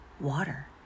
water